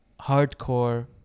hardcore